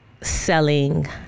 selling